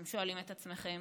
אתם שואלים את עצמכם.